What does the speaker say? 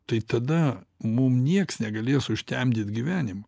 tai tada mum nieks negalės užtemdyt gyvenimo